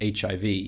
HIV